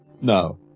No